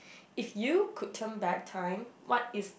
if you could turn back time what is